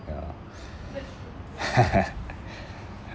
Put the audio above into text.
ya